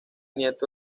nieto